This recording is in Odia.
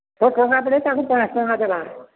ସେ କହିବା ପରେ ତାକୁ ପାଁଶ ଟଙ୍କା ଦବା